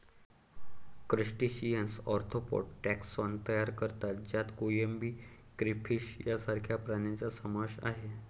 crustaceans arthropod taxon तयार करतात ज्यात कोळंबी, क्रेफिश सारख्या प्राण्यांचा समावेश आहे